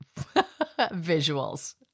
visuals